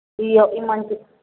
ఈ ఈ మంత్